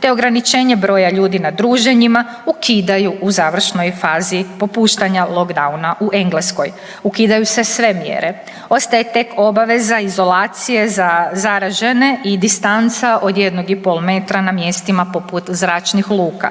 te ograničenje broja ljudi na druženjima, ukidaju u završnoj fazi popuštanja lockdowna u Engleskoj. Ukidaju se sve mjere, ostaje tek obaveza izolacije za zaražene i distanca od 1,5 metra na mjestima poput zračnih luka.